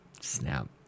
snap